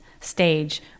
stage